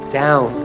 down